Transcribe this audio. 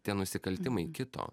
tie nusikaltimai kito